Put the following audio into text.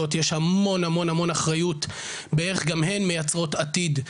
יש המון המון אחריות באייך גם הן מייצרות עתיד,